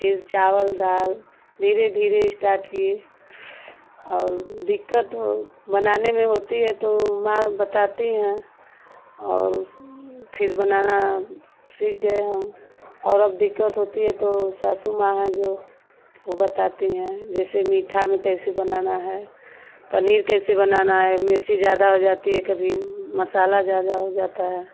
फिर चावल दाल धीरे धीरे स्टार्ट किए और दिक्कत बनाने में होती है तो माँ वह बताती हैं और फिर बनाना सीख गए हम और अब दिक्कत होती है तो सासू माँ हैं जो वह बताती हैं जैसे मीठा में कैसे बनाना है पनीर कैसे बनाना है मिर्च ज़्यादा हो जाती है कभी मसाला ज़्यादा हो जाता है